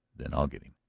then i'll get him.